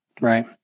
Right